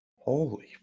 Holy